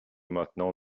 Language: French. maintenant